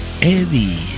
Eddie